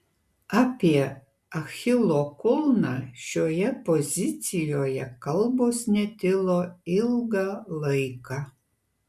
apie achilo kulną šioje pozicijoje kalbos netilo ilgą laiką